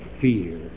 fear